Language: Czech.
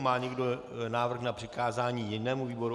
Má někdo návrh na přikázání jinému výboru?